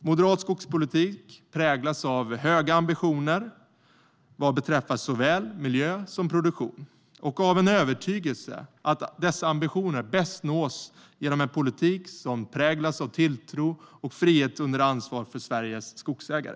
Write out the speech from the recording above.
Moderat skogspolitik präglas av höga ambitioner vad beträffar såväl miljö som produktion och av en övertygelse om att ambitionerna bäst nås genom en politik som präglas av tilltro och frihet under ansvar för Sveriges skogsägare.